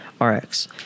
rx